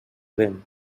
vent